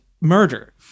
murder